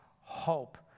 hope